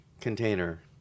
container